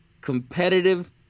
competitive